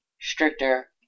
stricter